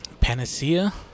Panacea